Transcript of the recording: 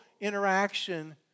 interaction